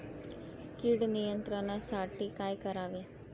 कीड नियंत्रणासाठी काय करावे?